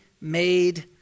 made